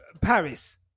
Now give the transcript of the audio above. Paris